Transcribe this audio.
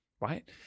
Right